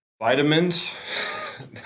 vitamins